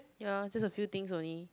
ya just a few things only